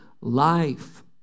Life